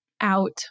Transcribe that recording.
out